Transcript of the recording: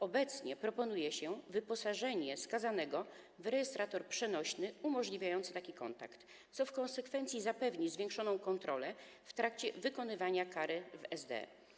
Obecnie proponuje się wyposażenie skazanego w rejestrator przenośny umożliwiający taki kontakt, co w konsekwencji zapewni zwiększoną kontrolę w trakcie wykonywania kary w SDE.